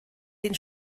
den